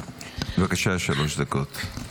בבקשה שלוש דקות.